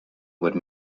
would